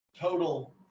total